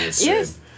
Yes